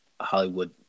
Hollywood